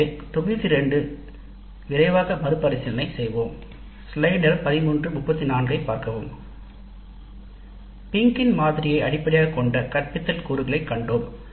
எனவே தொகுதி 2 தொகுதி 2 ஐ விரைவாக மறுபரிசீலனை செய்வோம் ஃபிங்கின் மாதிரியை அடிப்படையாகக் கொண்ட கற்பித்தல் கூறுகளைக் கண்டோம்